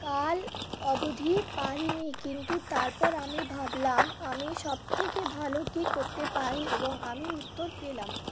কাল অবধি পারিনি কিন্তু তারপর আমি ভাবলাম আমি সবথেকে ভালো কী করতে পারি এবং আমি উত্তর পেলাম